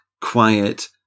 quiet